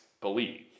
believe